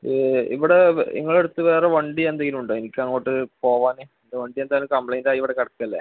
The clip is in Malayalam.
ഇവിടെ നിങ്ങള അടുത്ത് വേറെ വണ്ടി എന്തെങ്കിലും ഉണ്ടോ എനിക്ക് അങ്ങോട്ട് പോവാൻ വണ്ടി എന്തായാലും കംപ്ലെയിന്റ് ആയി ഇവിടെ കിടക്കുവല്ലേ